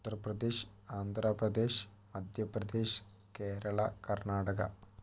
Uttar Pradesh Andhra Pradesh Madhya Pradesh Kerala Karnataka